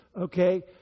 Okay